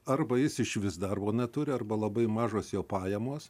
arba jis išvis darbo neturi arba labai mažos jo pajamos